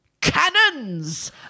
Cannons